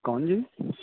ਕੌਣ ਜੀ